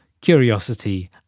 curiosity